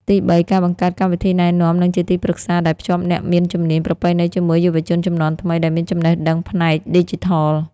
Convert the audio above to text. ទីបី ការបង្កើតកម្មវិធីណែនាំនិងជាទីប្រឹក្សា ដែលភ្ជាប់អ្នកមានជំនាញប្រពៃណីជាមួយយុវជនជំនាន់ថ្មីដែលមានចំណេះដឹងផ្នែកឌីជីថល។